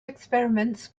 experiments